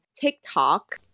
TikTok